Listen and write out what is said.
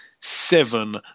seven